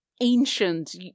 ancient